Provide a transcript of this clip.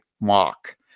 Mock